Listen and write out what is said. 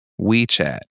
WeChat